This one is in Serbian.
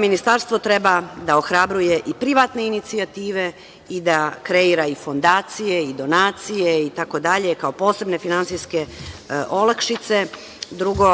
Ministarstvo treba da ohrabruje i privatne inicijative i da kreira i fondacije i donacije itd, kao posebne finansijske olakšice. Drugo,